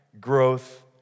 growth